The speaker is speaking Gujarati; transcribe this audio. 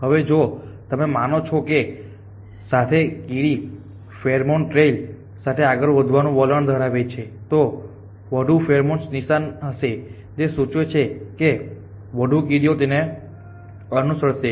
હવે જો તમે માનો છો કે સાથે કે કીડી ફેરોમોન ટ્રેઇલ સાથે આગળ વધવાનું વલણ ધરાવે છે તો વધુ ફેરોમોન્સ નિશાનમાં હશે જે સૂચવે છે કે વધુ કીડીઓ તેને અનુસરશે